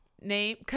name